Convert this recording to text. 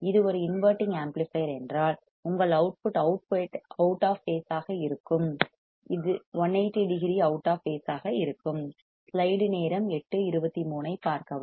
இது ஒரு inverting amplifier என்றால் உங்கள் அவுட்புட் அவுட் ஆஃப் பேஸ் ஆக இருக்கும் 180 டிகிரி அவுட் ஆஃப் பேஸ் ஆக இருக்கும்